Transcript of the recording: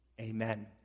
Amen